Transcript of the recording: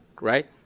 right